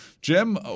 Jim